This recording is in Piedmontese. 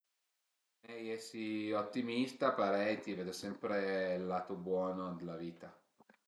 Al e mei esi ottimista parei ti vede sempre ël lato buono d'la vita